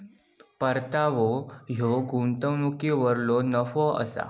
परतावो ह्यो गुंतवणुकीवरलो नफो असा